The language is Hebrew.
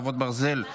חרבות ברזל)